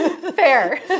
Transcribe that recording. Fair